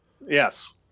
Yes